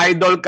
Idol